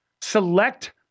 select